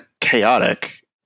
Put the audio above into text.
chaotic